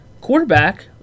quarterback